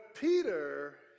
Peter